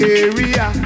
area